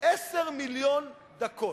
10 מיליון דקות.